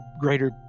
greater